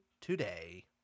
today